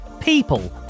people